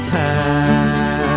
time